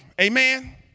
Amen